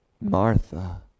Martha